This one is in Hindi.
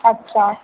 अच्छा